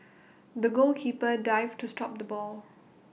the goalkeeper dived to stop the ball